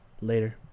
Later